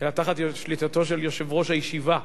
אלא תחת שליטתו של יושב-ראש הישיבה.